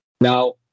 now